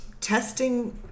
testing